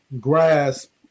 grasp